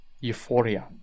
euphoria